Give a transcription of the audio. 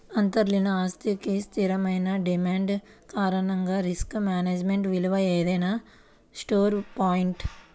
అంతర్లీన ఆస్తికి స్థిరమైన డిమాండ్ కారణంగా రిస్క్ మేనేజ్మెంట్ విలువ ఏదైనా స్టోర్ పాయింట్